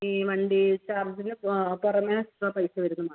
ഈ വണ്ടി ചാർജിൽ കുറഞ്ഞ പൈസ വരുന്നത്